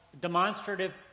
demonstrative